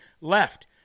left